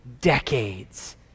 decades